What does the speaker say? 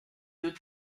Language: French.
deux